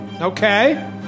okay